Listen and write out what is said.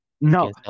no